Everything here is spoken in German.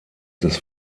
des